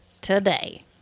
today